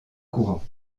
courants